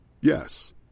Yes